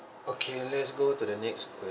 okay let's go to the next question